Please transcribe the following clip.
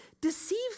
deceive